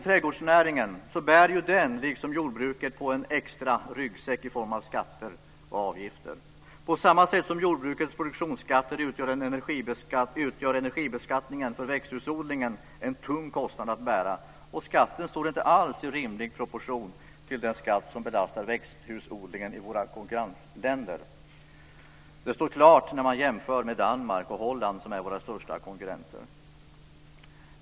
Trädgårdsnäringen bär liksom jordbruket på en extra ryggsäck i form av skatter och avgifter. På samma sätt som jordbrukets produktionsskatter utgör energibeskattningen för växthusodlingen en tung kostnad att bära. Skatten står inte alls i rimlig produktion till den skatt som belastar växthusodlingen i våra konkurrensländer. Det står klart när man jämför med Danmark och Holland, som är Sveriges största konkurrenter.